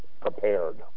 prepared